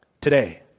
today